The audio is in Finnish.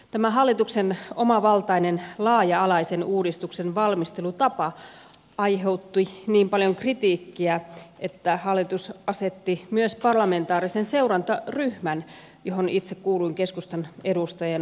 tämä hallituksen omavaltainen laaja alaisen uudistuksen valmistelutapa aiheutti niin paljon kritiikkiä että hallitus asetti myös parlamentaarisen seurantaryhmän johon itse kuuluin keskustan edustajana